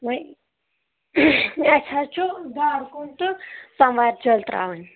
وۄںۍ اَسہِ حظ چھُ گَرٕ کُن تہٕ